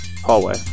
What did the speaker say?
hallway